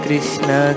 Krishna